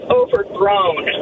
overgrown